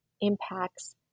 impacts